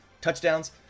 touchdowns